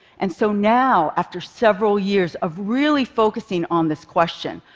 and so now, after several years of really focusing on this question,